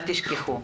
אל תשכחו.